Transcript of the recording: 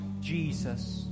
Jesus